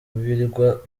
birwa